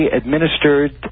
administered